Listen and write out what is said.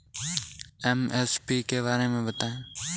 MSP के बारे में बतायें?